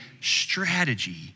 strategy